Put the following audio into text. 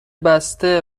بسته